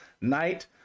night